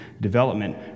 development